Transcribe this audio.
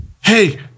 Hey